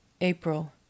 April